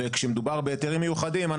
וכשמדובר בהיתרים מיוחדים,